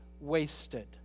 wasted